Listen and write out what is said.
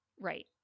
right